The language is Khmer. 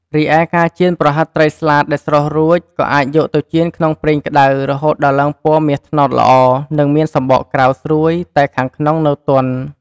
រីឯ ការចៀន ប្រហិតត្រីស្លាតដែលស្រុះរួច ក៏អាចយកទៅចៀនក្នុងប្រេងក្តៅរហូតដល់ឡើងពណ៌មាសត្នោតល្អ និងមានសំបកក្រៅស្រួយ តែខាងក្នុងនៅទន់។